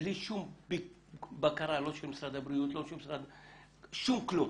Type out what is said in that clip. בלי שום בקרה לא של משרד הבריאות, שום כלום.